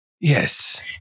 Yes